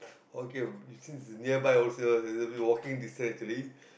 okay since it's nearby also it'll be walking distance actually